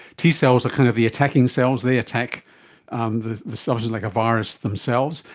t cells are kind of the attacking cells, they attack um the the substance like a virus themselves,